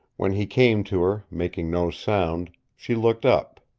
when he came to her, making no sound, she looked up.